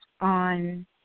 on